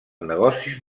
negocis